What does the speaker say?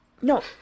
no